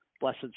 Blessed